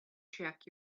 check